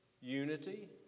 unity